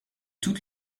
toutes